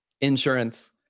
insurance